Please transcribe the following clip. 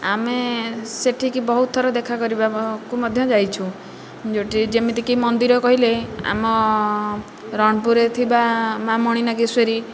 ଆମେ ସେଠିକି ବହୁତ ଥର ଦେଖା କରିବାକୁ ମଧ୍ୟ ଯାଇଛୁ ଯେଉଁଠି ଯେମିତିକି ମନ୍ଦିର କହିଲେ ଆମ ରଣପୁରରେ ଥିବା ମା' ମଣିନାଗେଶ୍ୱରୀ